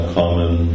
common